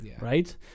right